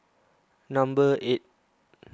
number eight